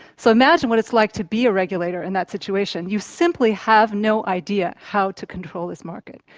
so imagine what it's like to be a regulator in that situation. you simply have no idea how to control this market.